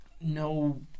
no